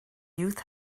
youth